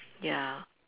ya